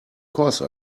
course